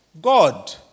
God